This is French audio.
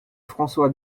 françois